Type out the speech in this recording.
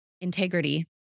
integrity